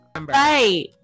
Right